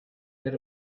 that